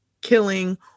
killing